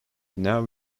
now